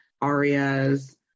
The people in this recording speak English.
arias